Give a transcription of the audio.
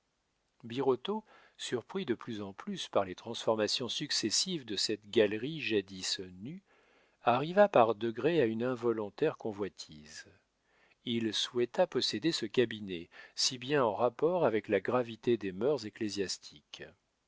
birotteau surpris de plus en plus par les transformations successives de cette galerie jadis nue arriva par degrés à une involontaire convoitise il souhaita posséder ce cabinet si bien en rapport avec la gravité des mœurs